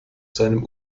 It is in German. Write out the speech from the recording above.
seinem